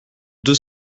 deux